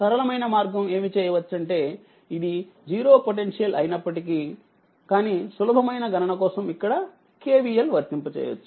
సరళమైన మార్గంఏమి చేయవచ్చంటే ఇది 0 పొటెన్షియల్ అయినప్పటికీ కానీ సులభమైన గణన కోసం ఇక్కడ KVL వర్తింప చేయవచ్చు